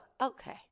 Okay